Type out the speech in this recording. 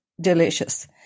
delicious